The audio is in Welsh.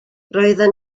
roedden